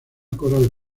coral